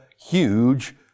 huge